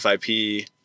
FIP